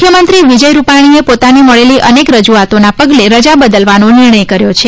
મુખ્યમંત્રી વિજય રૂપાણીએ પોતાને મળેલી અનેક રજૂઆતોને પગલે રજા બદલવાનો નિર્ણય કર્યો છે